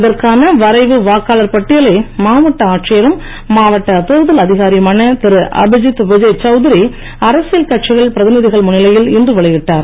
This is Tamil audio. இதற்கான வரைவு வாக்காளர் பட்டியலை மாவட்ட தேர்தல் அதிகாரியுமான திரு அபிதித் விஜய் சௌத்ரி அரசியல் கட்சிகள் பிரதிநிதிகள் முன்னிலையில் இன்று வெளியிட்டார்